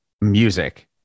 music